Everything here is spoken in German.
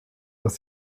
was